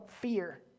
fear